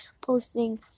posting